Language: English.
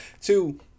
Two